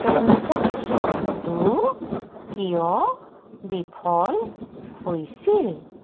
ট্রেঞ্জেক্শ্য়নটো কিয় বিফল হৈছিল